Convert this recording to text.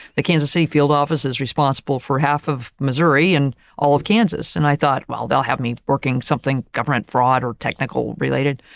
the kansas city field office is responsible for half of missouri and all of kansas and i thought, well, they'll have me working something government fraud or technical related.